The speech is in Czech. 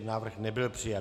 Návrh nebyl přijat.